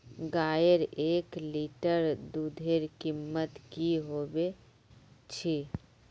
गायेर एक लीटर दूधेर कीमत की होबे चही?